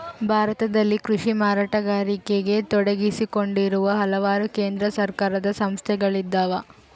ಭಾರತದಲ್ಲಿ ಕೃಷಿ ಮಾರಾಟಗಾರಿಕೆಗ ತೊಡಗಿಸಿಕೊಂಡಿರುವ ಹಲವಾರು ಕೇಂದ್ರ ಸರ್ಕಾರದ ಸಂಸ್ಥೆಗಳಿದ್ದಾವ